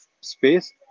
space